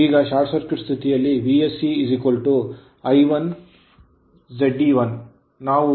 ಈಗ short circuit ಸ್ಥಿತಿಯಲ್ಲಿ VSC I1 Ze1 ನಾವು ಅದನ್ನು 13